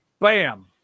Bam